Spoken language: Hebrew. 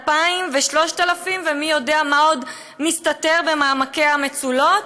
ו-3000 ומי יודע מה עוד מסתתר במעמקי המצולות.